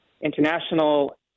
International